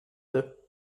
deux